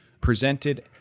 presented